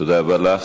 תודה רבה לך.